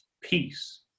Peace